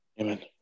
Amen